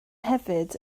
hefyd